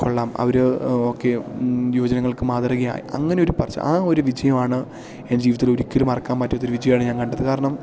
കൊള്ളാം അവർ ഓക്കെ യുവജനങ്ങൾക്ക് മാതൃകയായി അങ്ങനെയൊരു പറച്ചിൽ ആ ഒരു വിജയം ആണ് എൻ്റെ ജീവിതത്തിലൊരിക്കലും മറക്കാൻ പറ്റാത്ത ഒരു വിജയമാണ് ഞാൻ കണ്ടത് കാരണം